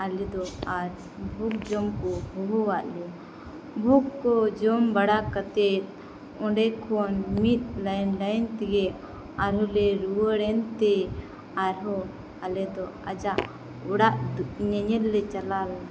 ᱟᱞᱮᱫᱚ ᱟᱨ ᱵᱷᱳᱜᱽ ᱡᱚᱢᱠᱚ ᱦᱚᱦᱚᱣᱟᱫ ᱞᱮᱭᱟ ᱵᱷᱳᱜᱽᱠᱚ ᱡᱚᱢ ᱵᱟᱲᱟ ᱠᱟᱛᱮᱫ ᱚᱸᱰᱮ ᱠᱷᱚᱱ ᱢᱤᱫ ᱞᱟᱭᱤᱱ ᱼᱞᱟᱭᱤᱱᱛᱮᱜᱮ ᱟᱨᱦᱚᱸᱞᱮ ᱨᱩᱣᱟᱹᱲᱮᱱᱛᱮ ᱟᱨᱦᱚᱸ ᱟᱞᱮᱫᱚ ᱟᱡᱟᱜ ᱚᱲᱟᱜ ᱧᱮᱧᱮᱞ ᱞᱮ ᱪᱟᱞᱟᱣᱮᱱᱟ